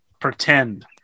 pretend